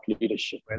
leadership